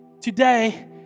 Today